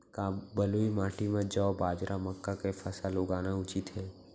का बलुई माटी म जौ, बाजरा, मक्का के फसल लगाना उचित हे?